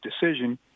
decision